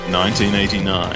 1989